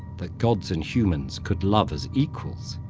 that gods and humans could love as equals.